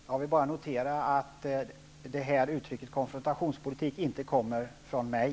Herr talman! Jag vill bara notera att uttrycket konfrontationspolitik inte härrör från mig.